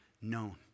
known